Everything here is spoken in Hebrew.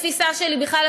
התפיסה שלי בכלל,